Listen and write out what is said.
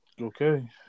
Okay